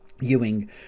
ewing